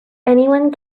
anyone